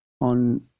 on